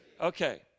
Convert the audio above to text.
Okay